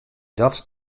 dat